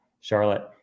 Charlotte